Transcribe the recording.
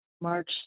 March